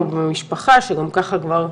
או במשפחה שגם ככה כבר,